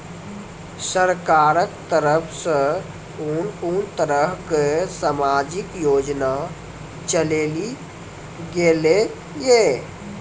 सरकारक तरफ सॅ कून कून तरहक समाजिक योजना चलेली गेलै ये?